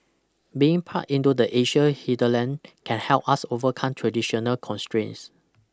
being plugged into the Asian hinterland can help us overcome traditional constraints